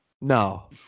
No